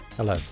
Hello